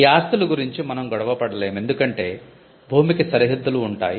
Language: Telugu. ఈ ఆస్తులు గురించి మనం గొడవ పడలేము ఎందుకంటే భూమికి సరిహద్దులు ఉంటాయి